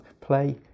play